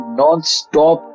non-stop